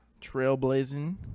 trailblazing